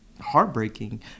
heartbreaking